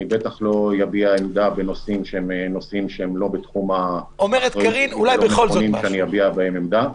אני בטח לא אביע עמדה בנושאים שלא נכון שאני אביע בהם עמדה.